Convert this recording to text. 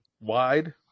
wide